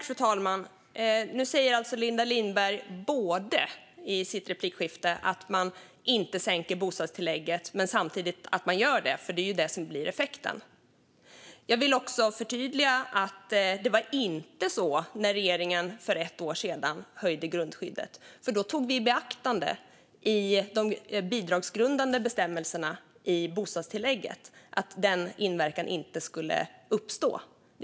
Fru talman! Nu säger Linda Lindberg i sitt replikskifte både att man inte sänker bostadstillägget och samtidigt att man gör det. Det är vad som blir effekten. Jag vill också förtydliga att det inte var så när regeringen för ett år sedan höjde grundskyddet. Då tog vi det i beaktande i de bidragsgrundande bestämmelserna i bostadstillägget så att den inverkan inte skulle uppstå.